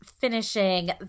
finishing